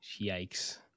Yikes